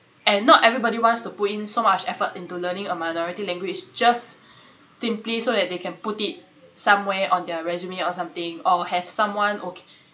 and not everybody wants to put in so much effort into learning a minority language just simply so that they can put it somewhere on their resume or something or have someone okay